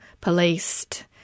policed